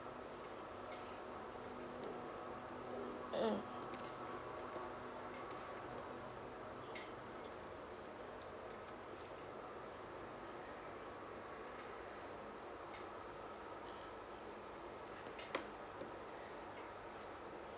mm